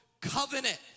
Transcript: covenant